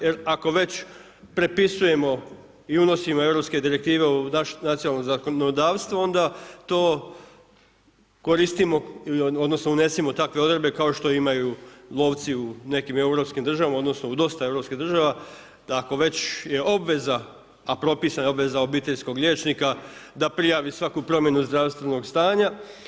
Jer ako već prepisujemo i unosimo europske direktive u naše nacionalno zakonodavstvo, onda to koristimo odnosno unesimo takve odredbe kao što imaju lovci u nekim europskim državama odnosno u dosta europskih država, da ako već je obveza a propisana je obveza obiteljskog liječnika da prijavi svaku promjenu zdravstveno stanja.